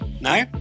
no